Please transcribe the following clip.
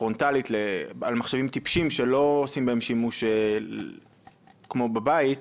על מחשבים "טיפשים" שלא עושים בהם שימוש כמו בבית,